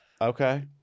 Okay